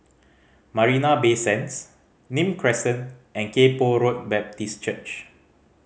Marina Bay Sands Nim Crescent and Kay Poh Road Baptist Church